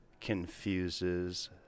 confuses